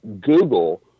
Google